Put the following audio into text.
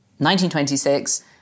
1926